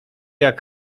jak